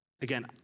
again